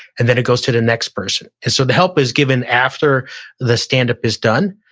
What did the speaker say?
and then it goes to the next person. and so the help is given after the stand-up is done,